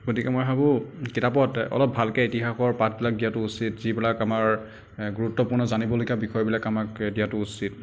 গতিকে মই ভাবোঁ কিতাপত অলপ ভালকে ইতিহাসৰ পাঠবিলাক দিয়াটো উচিত যিবিলাক আমাৰ এ গুৰুত্বপূৰ্ণ জানিবলগীয়া বিষয়বিলাক আমাক দিয়াটো উচিত